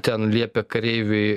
ten liepė kareiviui